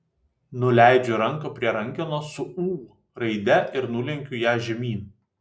nuleidžiu ranką prie rankenos su ū raide ir nulenkiu ją žemyn